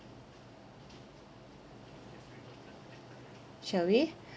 shall we